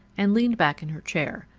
and leaned back in her chair.